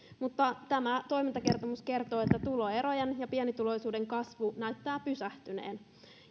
mutta tämä toimintakertomus kertoo että tuloerojen ja pienituloisuuden kasvu näyttää pysähtyneen